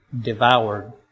devoured